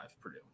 Purdue